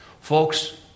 Folks